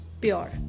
pure